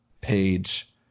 page